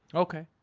okay.